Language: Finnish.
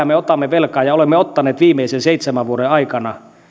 me otamme velkaa ja olemme ottaneet viimeisen seitsemän vuoden aikana